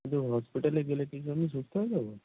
কিন্তু হসপিটালে গেলে কি সুস্থ হয়ে যাব